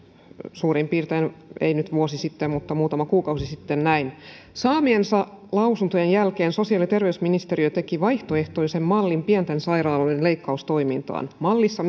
suurin piirtein ei nyt vuosi sitten mutta muutama kuukausi sitten näin saamiensa lausuntojen jälkeen sosiaali ja terveysministeriö teki vaihtoehtoisen mallin pienten sairaaloiden leikkaustoimintaan mallissa